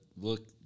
look